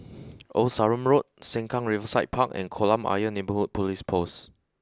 Old Sarum Road Sengkang Riverside Park and Kolam Ayer Neighbourhood Police Post